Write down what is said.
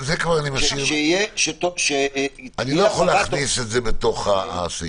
שתהיה --- אני לא יכול להכניס את זה לתוך הסעיף.